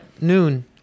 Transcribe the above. noon